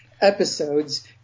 episodes